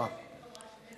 עוד לפני שהייתי חברת כנסת.